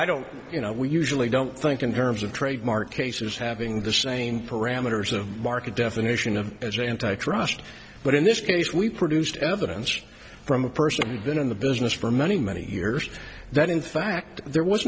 i don't you know we usually don't think in terms of trademark cases having the same parameters of market definition of as antitrust but in this case we produced evidence from a person been in the business for many many years that in fact there was